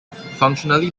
functionally